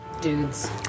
Dudes